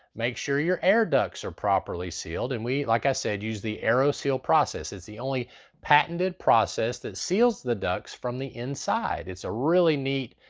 make sure your air ducts are properly sealed, and we, like i said, use the aeroseal process. it's the only patented process that seals the ducts from the inside. it's a really neat,